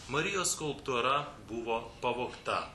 marijos skulptūra buvo pavogta